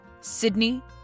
Sydney